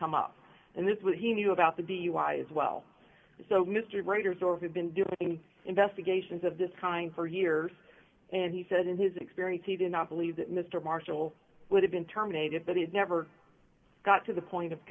come up and that's what he knew about the dui as well so mr writers or have been doing investigations of this kind for years and he said in his experience he did not believe that mr marshall would have been terminated but it never got to the point of